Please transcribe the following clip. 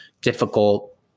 difficult